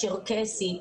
הצ'רקסית,